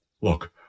Look